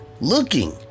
looking